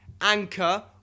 Anchor